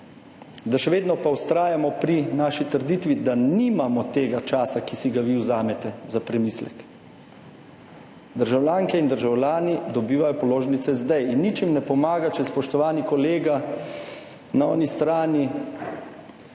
pa še vedno vztrajamo pri naši trditvi, da nimamo tega časa, ki si ga vi jemljete za premislek. Državljanke in državljani dobivajo položnice zdaj. In nič jim ne pomaga, če spoštovani kolega na oni strani, lahko